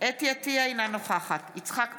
אתי עטייה, אינה נוכחת יצחק פינדרוס,